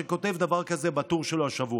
שכותב דבר כזה בטור שלו השבוע: